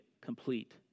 complete